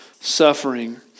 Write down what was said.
suffering